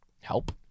Help